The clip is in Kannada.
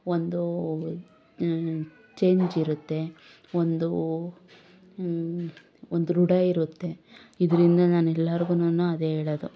ಒಂದು ಚೇಂಜ್ ಇರುತ್ತೆ ಒಂದು ಒಂದು ದೃಢ ಇರೋತ್ತೆ ಇದ್ರಿಂದ ನಾನೆಲ್ಲರ್ಗೂನೂ ಅದೇ ಹೇಳೋದು